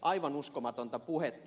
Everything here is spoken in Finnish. aivan uskomatonta puhetta